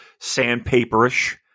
sandpaperish